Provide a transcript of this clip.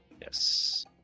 Yes